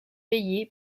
payé